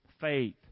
faith